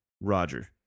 Roger